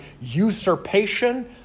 usurpation